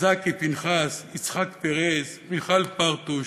זקי פנחס, יצחק פרז, מיכאל פרטוש,